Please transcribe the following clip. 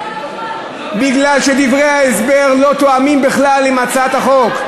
מפני שדברי ההסבר בכלל לא תואמים את הצעת החוק.